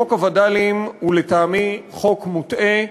חוק הווד"לים הוא לטעמי חוק מוטעה,